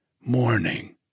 morning